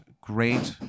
great